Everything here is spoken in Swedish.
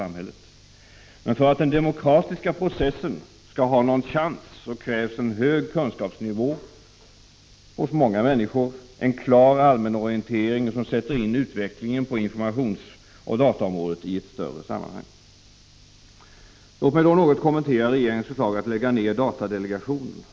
Men för att den demokratiska processen skall ha någon chans krävs en hög kunskapsnivå hos många människor, en klar allmänorientering som sätter in utvecklingen på informationsoch dataområdet i ett större sammanhang. Låt mig då något kommentera regeringens förslag att lägga ner datadelegationen.